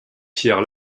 pierre